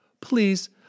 Please